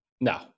no